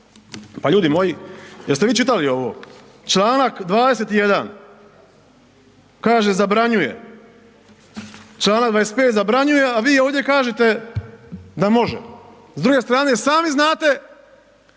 pa ljudi moji jeste vi čitali ovo, članak 21. kaže zabranjuje, članak 25. zabranjuje, a vi ovdje kažete da može. S druge strane sami znate